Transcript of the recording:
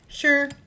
Sure